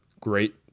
great